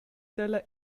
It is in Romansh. dalla